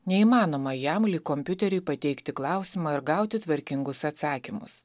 neįmanoma jam lyg kompiuteriui pateikti klausimą ir gauti tvarkingus atsakymus